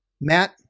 Matt